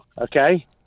Okay